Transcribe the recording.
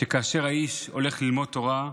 שכאשר האיש הולך ללמוד תורה,